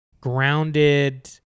grounded